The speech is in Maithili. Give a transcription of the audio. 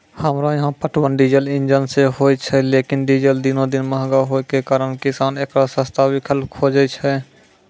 हमरा यहाँ पटवन डीजल इंजन से होय छैय लेकिन डीजल दिनों दिन महंगा होय के कारण किसान एकरो सस्ता विकल्प खोजे छैय?